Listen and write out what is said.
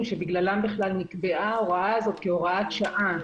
שבגללם בכלל נקבעה ההוראה הזאת כהוראת שעה.